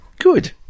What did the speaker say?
Good